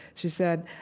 she said,